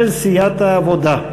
של סיעת העבודה.